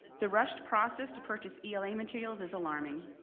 the rushed process to purchase ela materials is alarming.